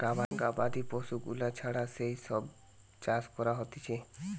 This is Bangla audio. গবাদি পশু গুলা ছাড়া যেই সব চাষ করা হতিছে